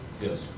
good